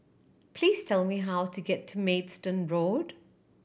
please tell me how to get to Maidstone Road